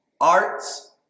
arts